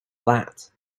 that